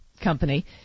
company